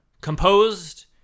composed